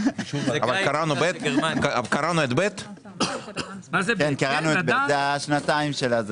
כן, קראנו את (ב), זה השנתיים.